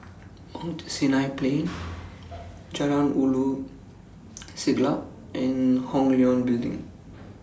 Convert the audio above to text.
Mount Sinai Plain Jalan Ulu Siglap and Hong Leong Building